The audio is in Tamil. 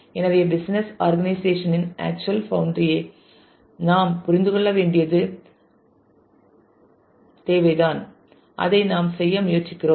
எனவே பிசிகல் ஆர்கனைசேஷன் இன் ஆக்சுவல் பவுண்டரி ஐ நாம் புரிந்து கொள்ள வேண்டியது தேவை தான் அதையே நாம் செய்ய முயற்சிக்கிறோம்